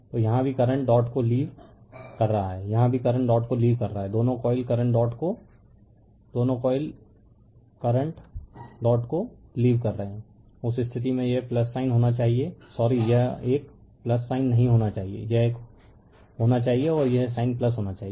तो यहाँ भी करंट डॉट को लीव कर रहा है यहाँ भी करंट डॉट को लीव कर रहा है दोनों कॉइल करंट डॉट को लीव कर रहे हैं उस स्थिति में यह साइन होना चाहिए सॉरी यह एक साइन नहीं होना चाहिए यह एक होना चाहिए और यह साइन होना चाहिए